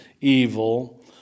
evil